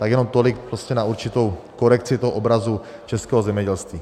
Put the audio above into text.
Tak jenom tolik prostě na určitou korekci toho obrazu českého zemědělství.